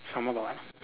some more got what